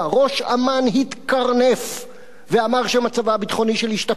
ראש אמ"ן התקרנף ואמר שמצבה הביטחוני ישתפר.